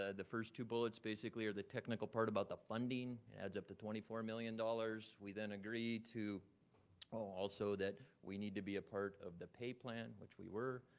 ah the first two bullets basically are the technical part about the funding, adds up to twenty four million dollars. we then agreed to also that we need to be a part of the pay plan, which we were.